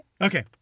okay